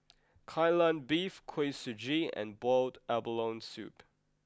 Kai Lan Beef Kuih Suji and Boiled Abalone Soup